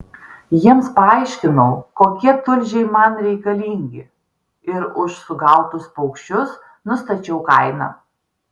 jiems paaiškinau kokie tulžiai man reikalingi ir už sugautus paukščius nustačiau kainą